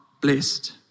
blessed